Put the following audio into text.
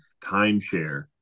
timeshare